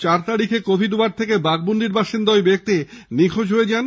চার তারিখ covid ward থেকে বাঘমুন্ডির বাসিন্দা ওই ব্যক্তি নিখোঁজ হয়ে যান